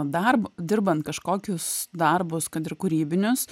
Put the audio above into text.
darbą dirbant kažkokius darbus kad ir kūrybinius